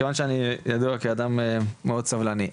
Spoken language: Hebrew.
מכיוון שאני ידוע כאדם מאוד סבלני.